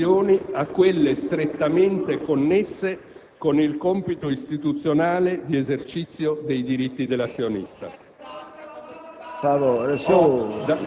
ho limitato le mie decisioni a quelle strettamente connesse con il compito istituzionale di esercizio dei diritti dell'azionista.